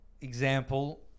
example